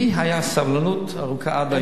לי היתה סבלנות ארוכה עד היום.